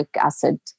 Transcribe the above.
acid